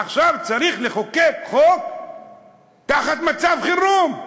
עכשיו צריך לחוקק חוק תחת מצב חירום.